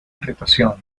irritación